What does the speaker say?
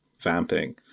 vamping